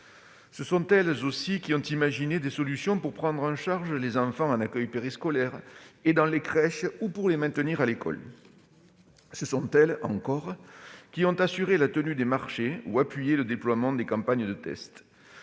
Ce sont elles, aussi, qui ont imaginé des solutions pour prendre en charge les enfants en accueil périscolaire et dans les crèches, ou pour les maintenir à l'école. Ce sont elles, encore, qui ont assuré la tenue des marchés ou appuyé le déploiement des campagnes de tests.